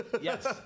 Yes